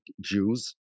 Jews